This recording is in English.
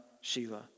Sheila